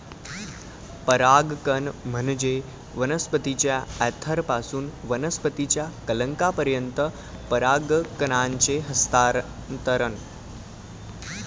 परागकण म्हणजे वनस्पतीच्या अँथरपासून वनस्पतीच्या कलंकापर्यंत परागकणांचे हस्तांतरण